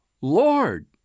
Lord